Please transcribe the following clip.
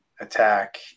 attack